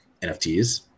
nfts